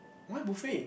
why buffet